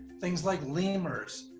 things like lemurs,